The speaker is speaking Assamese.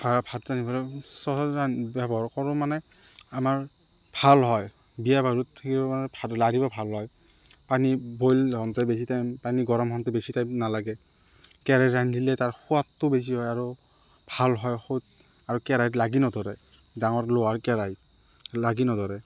ভা ভাত ৰান্ধিবলৈ চচত ব্যৱহাৰ কৰোঁ মানে আমাৰ ভাল হয় বিয়া বাৰুত লাৰিব ভাল হয় পানী বইল হওঁতে বেছি টাইম পানী গৰম হওঁতে বেছি টাইম নালাগে কেৰাহিত ৰান্ধিলে তাৰ সোৱাদটো বেছি হয় আৰু ভাল হয় খুত আৰু কেৰাহিত লাগি নধৰে ডাঙৰ লোহাৰ কেৰাহিত লাগি নধৰে